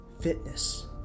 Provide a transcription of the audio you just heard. fitness